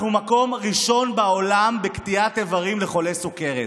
אנחנו מקום ראשון בעולם בקטיעת איברים לחולי סוכרת,